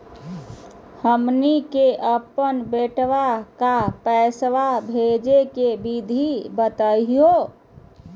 हमनी के अपन बेटवा क पैसवा भेजै के विधि बताहु हो?